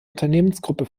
unternehmensgruppe